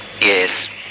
Yes